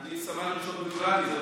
סמל ראשון בגולני.